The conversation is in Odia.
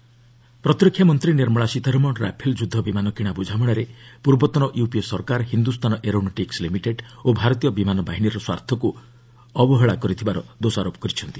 ସୀତାରମଣ ରାଫେଲ୍ ପ୍ରତିରକ୍ଷା ମନ୍ତ୍ରୀ ନିର୍ମଳା ସୀତାରମଣ ରାଫେଲ୍ ଯୁଦ୍ଧ ବିମାନ କିଣା ବ୍ରଝାମଣାରେ ପୂର୍ବତନ ୟୁପିଏ ସରକାର ହିନ୍ଦ୍ରସ୍ତାନ ଏରୋନେଟିକୁ ଲିମିଟେଡ୍ ଓ ଭାରତୀୟ ବିମାନ ବାହିନୀର ସ୍ୱାର୍ଥକ୍ତ ଅବହେଳା କରିଥିବାର ଦୋଷାରୋପ କରିଛନ୍ତି